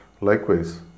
Likewise